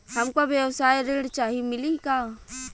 हमका व्यवसाय ऋण चाही मिली का?